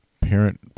parent